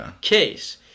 case